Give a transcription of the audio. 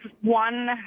one